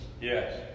Yes